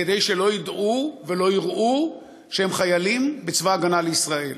כדי שלא ידעו ולא יראו שהם חיילים בצבא ההגנה לישראל.